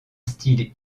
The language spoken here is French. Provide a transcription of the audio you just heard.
style